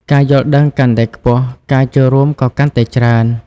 ការយល់ដឹងកាន់តែខ្ពស់ ការចូលរួមក៏កាន់តែច្រើន។